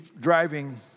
driving